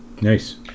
Nice